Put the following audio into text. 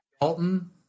Dalton